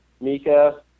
Mika